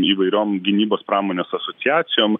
įvairiom gynybos pramonės asociacijom